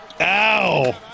Ow